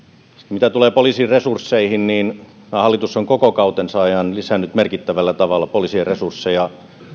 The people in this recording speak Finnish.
mitä tulee poliisin resursseihin niin tämä hallitus on koko kautensa ajan lisännyt merkittävällä tavalla poliisin resursseja